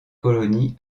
colonies